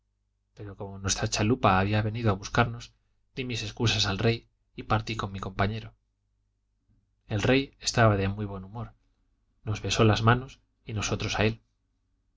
pero como nuestra chalupa había venido a buscarnos di mis excusas al rey y partí con mi compañero el rey estaba de muy buen humor nos besó las manos y nosotros a él